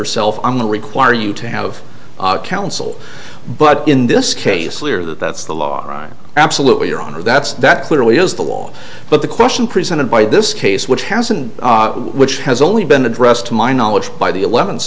yourself i'm going to require you to have counsel but in this case lawyer that that's the law absolutely your honor that's that clearly is the law but the question presented by this case which hasn't which has only been addressed to my knowledge by the eleventh